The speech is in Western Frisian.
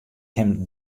him